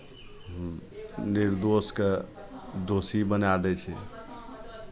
निर्दोषकेँ दोषी बनाए दै छै